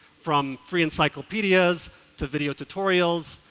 from free encyclopedias to video tutorials.